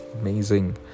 Amazing